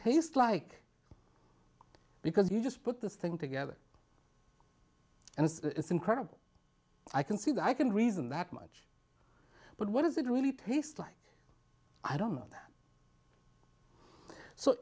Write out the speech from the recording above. taste like because you just put this thing together and it's incredible i can see that i can reason that much but what does it really taste like i don't know so